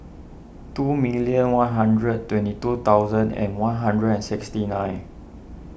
two million one hundred twenty two thousand and one hundred and sixty nine